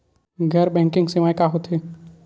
गैर बैंकिंग सेवाएं का होथे?